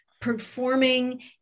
performing